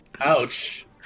Ouch